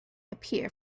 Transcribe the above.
appear